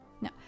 No